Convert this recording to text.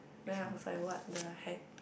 ya it's like what the heck